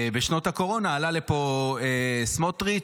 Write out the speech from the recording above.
עלה לפה סמוטריץ',